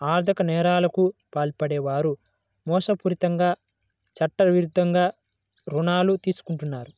ఆర్ధిక నేరాలకు పాల్పడే వారు మోసపూరితంగా చట్టవిరుద్ధంగా రుణాలు తీసుకుంటారు